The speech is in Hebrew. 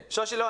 שושי, לא.